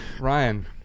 ryan